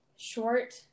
short